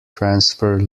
transfer